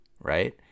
right